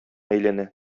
әйләнә